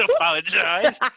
apologize